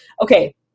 Okay